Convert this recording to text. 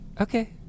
okay